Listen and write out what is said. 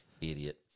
Idiot